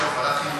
לא, לוועדת החינוך.